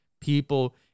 people